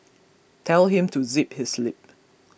tell him to zip his lip